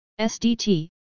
SDT